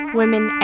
women